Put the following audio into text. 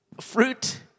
fruit